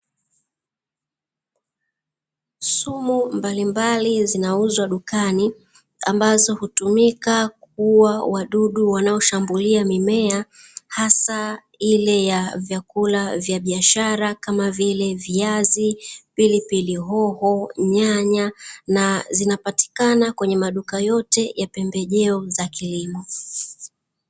Sumu mbalimbali zinauzwa dukani ambazo hutumika kuua wadudu wanaoshambulia mimea hasa ile ya vyakula vya biashara kama vile viazi, pilipili hoho, nyanya na zinapatikana kwenye maduka yote ya pembejeo za kilimo.